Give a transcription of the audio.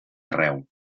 arreu